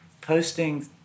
posting